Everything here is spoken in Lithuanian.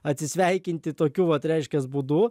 atsisveikinti tokiu vat reiškias būdu